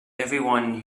everyone